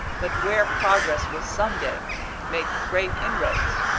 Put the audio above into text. but where progress will someday make great inroads.